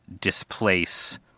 displace